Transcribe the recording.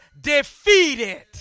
defeated